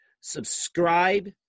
subscribe